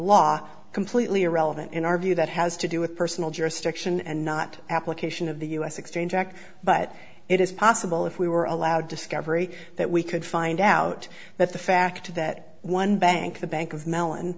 law completely irrelevant in our view that has to do with personal jurisdiction and not application of the u s exchange act but it is possible if we were allowed discovery that we could find out that the fact that one bank the bank of mellon